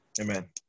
Amen